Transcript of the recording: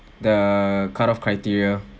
the cut off criteria